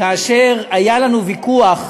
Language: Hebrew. והיה לנו ויכוח